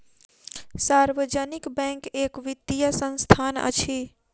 सार्वजनिक बैंक एक वित्तीय संस्थान अछि